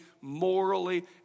morally